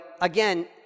again